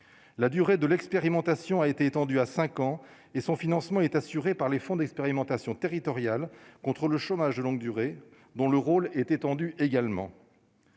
la durée de l'expérimentation a été étendue à 5 ans et son financement est assuré par les fonds d'expérimentation territoriale contre le chômage de longue durée, dont le rôle était tendue également.